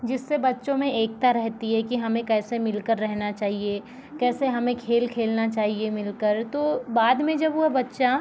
जिससे बच्चों में एकता रहती है कि हमें कैसे मिलकर रहना चाहिए कैसे हमें खेल खेलना चाहिए मिलकर तो बाद में जब वो बच्चा